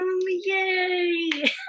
Yay